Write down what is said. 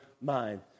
mind